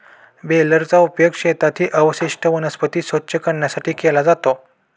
बेलरचा उपयोग शेतातील अवशिष्ट वनस्पती स्वच्छ करण्यासाठी केला जातो